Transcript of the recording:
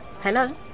Hello